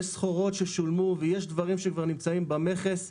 יש סחורות ששולמו ויש דברים שכבר נמצאים במכס.